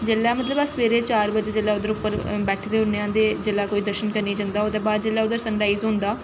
जेल्लै मतलब अस सवेरै चार बजे उद्धर उप्पर बैठे दे होन्ने आं ते जेल्लै कोई दर्शन करने गी जंदा ओह्दे बाद जेल्लै उद्धर सन राइज होंदा